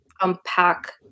unpack